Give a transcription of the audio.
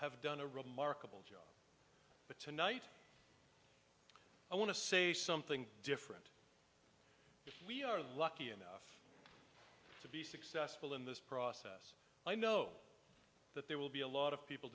have done a remarkable job but tonight i want to say something different if we are lucky enough to be successful in this process i know that there will be a lot of people